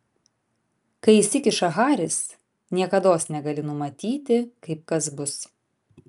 kai įsikiša haris niekados negali numatyti kaip kas bus